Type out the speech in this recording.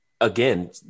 again